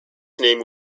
name